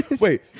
Wait